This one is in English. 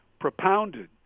propounded